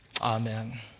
Amen